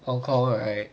hong kong right